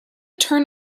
turn